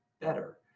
better